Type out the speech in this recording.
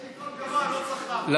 יש לי קול גבוה, אני לא צריך רמקול.